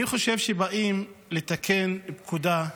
אני חושב שכשבאים לתקן פקודה,